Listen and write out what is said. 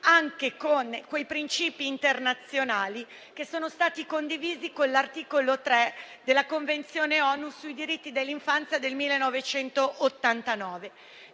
anche con i principi internazionali che sono stati condivisi con l'articolo 3 della Convenzione ONU sui diritti dell'infanzia del 1989.